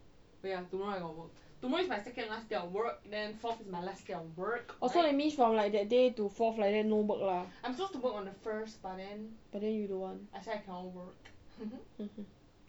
ya tomorrow I got work tomorrow is my second last day of work then fourth my last work right I'm supposed to work on the first but then but then I say I cannot work